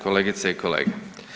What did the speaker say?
Kolegice i kolege.